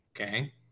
Okay